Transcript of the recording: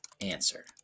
answer